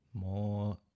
more